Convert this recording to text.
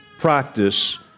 practice